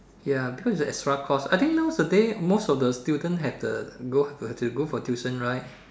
ya because it's a extra cost I think nowadays most of the student have the go have to go for tuition right